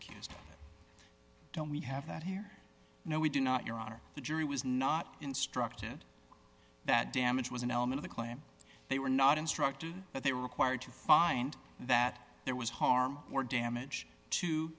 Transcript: accused don't we have that here no we do not your honor the jury was not instructed that damage was an element the claim they were not instructed that they were required to find that there was harm or damage to